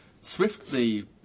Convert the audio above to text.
swiftly